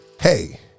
Hey